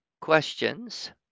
questions